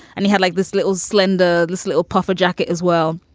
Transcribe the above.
and he had like this little slender, this little puffer jacket as well,